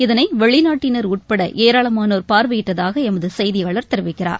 இதனை வெளிநாட்டினர் உட்பட ஏராளமானோர் பார்வையிட்டதாக எமது செய்தியாளர் தெரிவிக்கிறார்